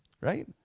right